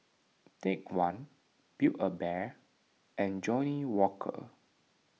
Take one Build A Bear and Johnnie Walker